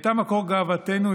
שהייתה מקור גאוותנו,